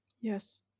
Yes